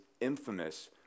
infamous